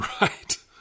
Right